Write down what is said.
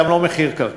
גם לא של מחיר קרקעות.